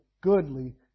goodly